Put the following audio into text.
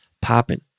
popping